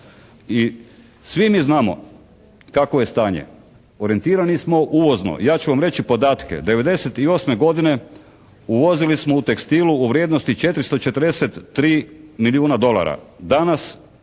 i svi mi znamo kakvo je stanje. Orijentirani smo uvozno. Ja ću vam reći podatke. '98. godine uvozili smo u tekstilu u vrijednosti 443 milijuna dolara. Danas